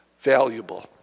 valuable